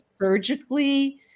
surgically